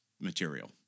material